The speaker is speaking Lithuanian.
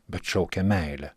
bet šaukia meile